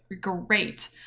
great